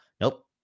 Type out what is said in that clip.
Nope